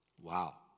Wow